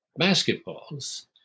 basketballs